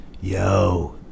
yo